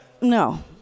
no